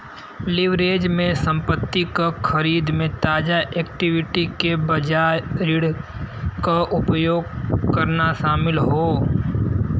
leverage में संपत्ति क खरीद में ताजा इक्विटी के बजाय ऋण क उपयोग करना शामिल हौ